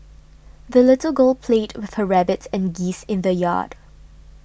the little girl played with her rabbit and geese in the yard